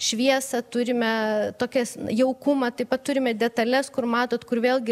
šviesą turime tokias jaukumą taip pat turime detales kur matot kur vėlgi